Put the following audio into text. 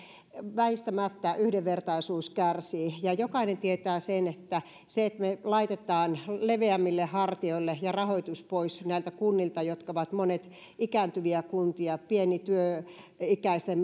väistämättä yhdenvertaisuus kärsii jokainen tietää sen että on olennaista että me laitamme että saadaan soten järjestämisvastuu leveämmille hartioille ja rahoitus pois näiltä kunnilta jotka ovat monet ikääntyviä kuntia joissa työikäisten